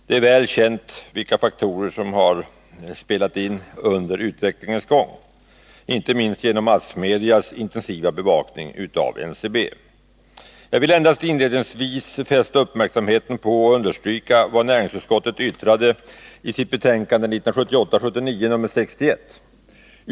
Det är väl känt — inte minst genom massmediernas intensiva bevakning av NCB —- vilka faktorer som spelat in under utvecklingens gång. Jag vill endast inledningsvis fästa uppmärksamheten på och understryka vad näringsutskottet uttalade i sitt betänkande 1978/79:61.